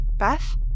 Beth